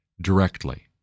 directly